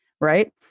Right